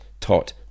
taught